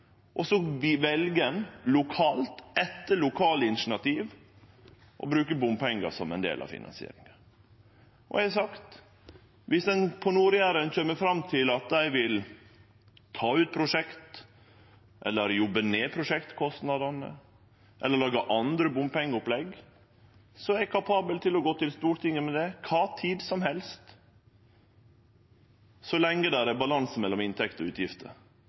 Så vel ein lokalt – etter lokale initiativ – å bruke bompengar som ein del av finansieringa. Eg har sagt at viss ein på Nord-Jæren kjem fram til at ein vil ta ut prosjekt, jobbe ned prosjektkostnadene eller lage andre bompengeopplegg, er eg kapabel til å gå til Stortinget med det kva tid som helst, så lenge det er balanse mellom inntekter og utgifter.